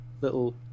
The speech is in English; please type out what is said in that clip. little